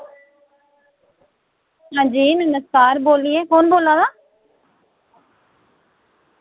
हां जी नमस्कार बोलिए कौन बोला दा